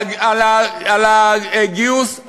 על הגיוס,